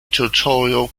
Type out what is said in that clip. territorial